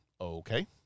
Okay